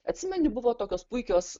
atsimeni buvo tokios puikios